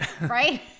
right